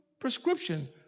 prescription